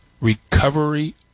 Recovery